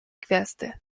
gwiazdy